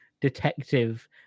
detective